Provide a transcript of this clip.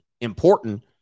important